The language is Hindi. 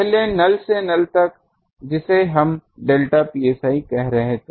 पहले नल से नल तक जिसे हम डेल्टा psi कह रहे हैं